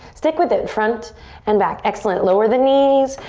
stick with it. front and back. excellent, lower the knees.